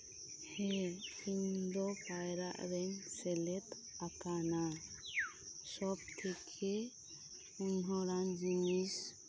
ᱦᱮᱸ ᱤᱧ ᱫᱚ ᱯᱟᱭᱨᱟᱜ ᱨᱮᱧ ᱥᱮᱞᱮᱫ ᱟᱠᱟᱱᱟ ᱥᱚᱵ ᱛᱷᱮᱠᱮ ᱩᱧᱦᱟᱹᱨᱟᱱ ᱡᱤᱱᱤᱥ